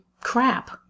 crap